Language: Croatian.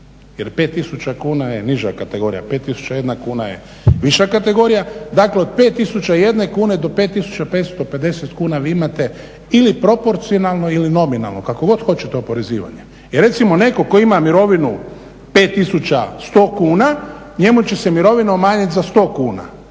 jer 5 tisuća kuna je niža kategorija, 5 tisuća 1 kuna je viša kategorija, dakle od 5 tisuća 1 kune do 5 tisuća 550 kuna vi imate ili proporcionalno ili nominalno, kakvo god hoćete oporezivanje. I recimo netko tko ima mirovinu 5100 kuna njemu će se mirovina umanjit za 100 kuna